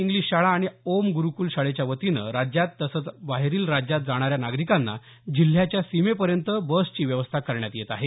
English शाळा आणि ओम गुरूकुल शाळेच्यावतीनं राज्यात तसंच बाहेरील राज्यात जाणाऱ्या नागरिकांना जिल्ह्याच्या सीमेपर्यंत बसची व्यवस्था करण्यात येत आहे